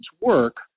work